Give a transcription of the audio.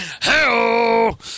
Hello